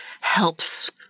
helps